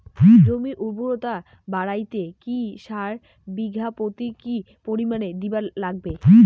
জমির উর্বরতা বাড়াইতে কি সার বিঘা প্রতি কি পরিমাণে দিবার লাগবে?